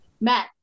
Matt